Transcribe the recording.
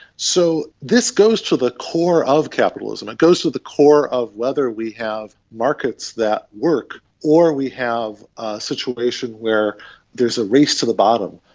so this goes to the core of capitalism, it goes to the core of whether we have markets that work or we have a situation where there is a race to the bottom,